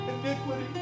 iniquity